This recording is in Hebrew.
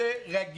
תקצבו את זה רגיל.